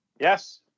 Yes